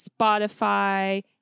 Spotify